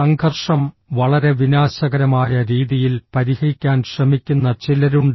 സംഘർഷം വളരെ വിനാശകരമായ രീതിയിൽ പരിഹരിക്കാൻ ശ്രമിക്കുന്ന ചിലരുണ്ട്